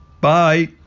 Bye